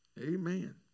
Amen